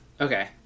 Okay